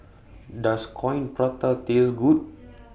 Does Coin Prata Taste Good